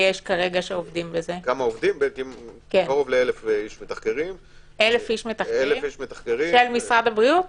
כרגע קרוב לאלף איש מתחקרים, עובדי משרד הבריאות.